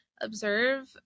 observe